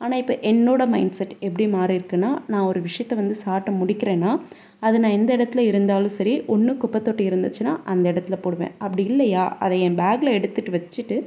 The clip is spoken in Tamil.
ஆனால் இப்போ என்னோடய மைன்ட்செட் எப்படி மாறியிருக்குன்னா நான் ஒரு விஷயத்த வந்து சாப்பிட்டு முடிக்கிறேன்னா அது நான் எந்த இடத்துல இருந்தாலும் சரி ஒன்று குப்பைத் தொட்டி இருந்துச்சுன்னா அந்த இடத்துல போடுவேன் அப்படி இல்லையா அதை என் பேகில் எடுத்துட்டு வெச்சிட்டு